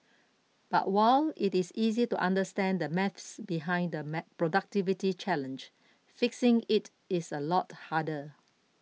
but while it is easy to understand the maths behind the productivity challenge fixing it is a lot harder